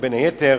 ובין היתר